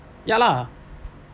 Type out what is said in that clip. ya lah